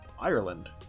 Ireland